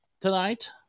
tonight